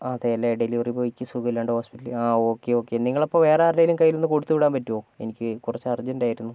അതേല്ലേ ഡെലിവറി ബോയ്ക്ക് സുഖമില്ലാണ്ട് ഹോസ്പിറ്റലിൽ ആ ഓക്കെ ഓക്കെ നിങ്ങളപ്പോൾ വേറെ ആരുടെയെങ്കിലും കൈയിലൊന്നു കൊടുത്തുവിടാൻ പറ്റുമോ എനിക്ക് കുറച്ച് അർജൻറ്റ് ആയിരുന്നു